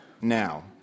now